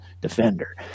defender